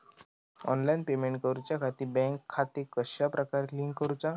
Online payment करुच्याखाती bank खाते कश्या प्रकारे लिंक करुचा?